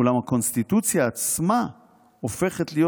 אולם הקונסטיטוציה עצמה הופכת להיות